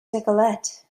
decollete